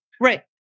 Right